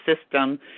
system